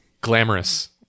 glamorous